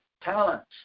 talents